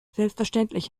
selbstverständlich